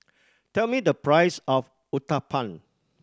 tell me the price of Uthapam